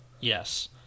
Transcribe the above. Yes